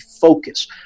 focus